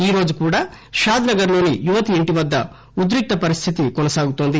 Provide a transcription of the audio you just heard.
ఈరోజు కూడా షాద్ నగర్ లోని యువతి ఇంటివద్ద ఉద్రిక్త పరిస్థితి కొనసాగుతోంది